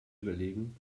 überlegen